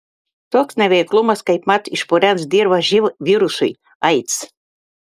toks neveiklumas kaipmat išpurens dirvą živ virusui aids